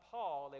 Paul